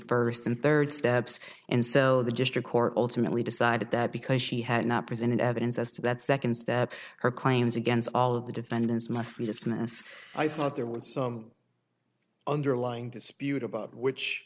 first and third steps and so the district court ultimately decided that because she had not presented evidence as to that second step her claims against all of the defendants must be dismissed i thought there was some underlying dispute about which